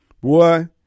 Boy